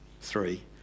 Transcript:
three